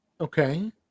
okay